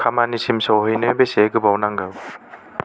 खामानिसिम सौहैनो बेसे गोबाव नांगौ